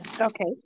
Okay